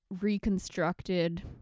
reconstructed